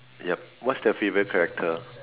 yup what's their favourite character